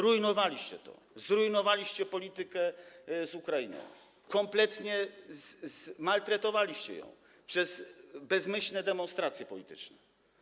Zrujnowaliście to, zrujnowaliście politykę z Ukrainą, kompletnie zmaltretowaliście ją przez bezmyślne demonstracje polityczne.